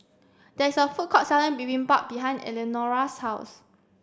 there is a food court selling Bibimbap behind Eleanora's house